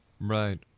Right